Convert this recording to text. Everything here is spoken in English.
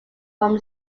from